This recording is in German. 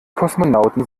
kosmonauten